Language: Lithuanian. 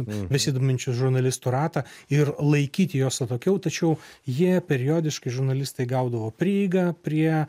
besidominčių žurnalistų ratą ir laikyti juos atokiau tačiau jie periodiškai žurnalistai gaudavo prieigą prie